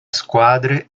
squadre